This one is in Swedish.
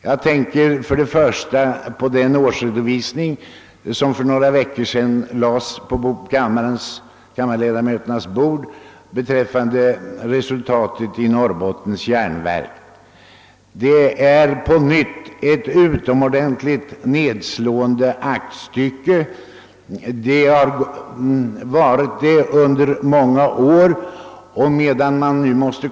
Jag tänker på den årsredovisning som för några veckor sedan lades på kammarledamöternas bord rörande verksamheten vid Norrbottens järnverk. Det är på nytt ett nedslående aktstycke liksom det har varit under tidigare år.